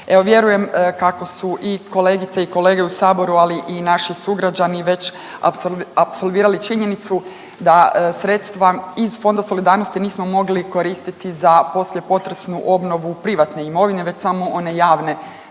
vjerujem kako su i kolegice i kolege u Saboru, ali i naši sugrađani već apsolvirali činjenicu da sredstva iz Fonda solidarnosti nismo mogli koristiti za poslijepotresnu obnovu privatne imovine, već samo one javne.